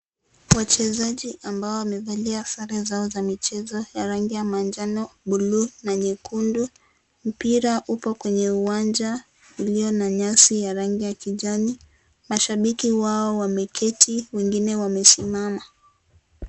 Wachezaji ambao wamevalia sare zao za michezo ya rangi ya manjano, bluu na nyekundu. Mpira upo kwenye uwanja ulio na nyasi ya rangi ya kijani. Mashabiki wao wameketi, wengine wamesimama.